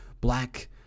Black